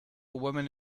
woman